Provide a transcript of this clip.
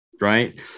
right